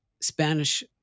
Spanish